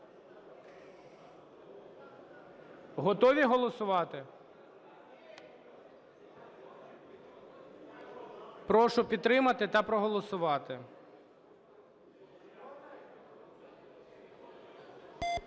Готові голосувати? Прошу підтримати та проголосувати.